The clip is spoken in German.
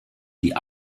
die